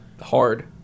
hard